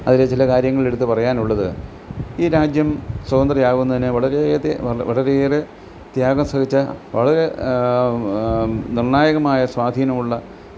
അതിൽ ചില കാര്യങ്ങൾ എടുത്ത് പറയാനുള്ളത് ഈ രാജ്യം സ്വാതന്ത്രമാവുന്നതിന് വളരെ ഏറെ വളരെ ഏറെ ത്യാഗം സഹിച്ച വളരെ നിർണായകമായ സ്വാധീനമുള്ള